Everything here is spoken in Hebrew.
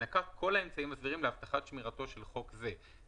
ושנקט כל האמצעים הסבירים להבטחת שמירתו של חוק זה".